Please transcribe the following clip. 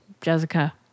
Jessica